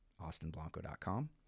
austinblanco.com